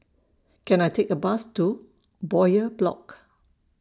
Can I Take A Bus to Bowyer Block